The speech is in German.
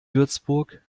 würzburg